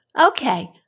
okay